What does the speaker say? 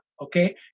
Okay